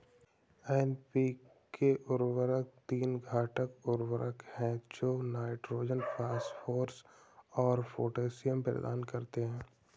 NPK उर्वरक तीन घटक उर्वरक हैं जो नाइट्रोजन, फास्फोरस और पोटेशियम प्रदान करते हैं